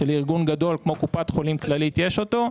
שבארגון גדול כמו קופת חולים כללית יש אותו,